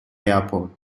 airport